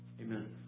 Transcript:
Amen